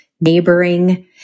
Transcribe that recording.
Neighboring